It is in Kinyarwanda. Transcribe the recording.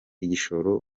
igishoro